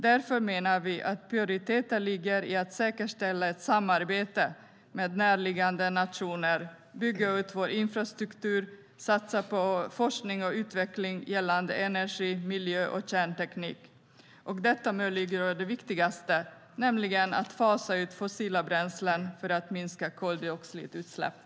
Därför menar vi att prioriteten ligger i att säkerställa ett samarbete med närliggande nationer, bygga ut vår infrastruktur och satsa på forskning och utveckling gällande energi, miljö och kärnteknik. Detta möjliggör det viktigaste, nämligen att fasa ut fossila bränslen för minskade koldioxidutsläpp.